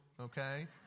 okay